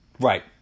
Right